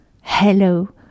Hello